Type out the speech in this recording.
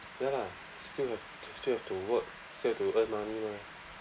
ya lah still have still have to work still have to earn money mah